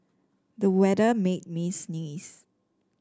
the weather made me sneeze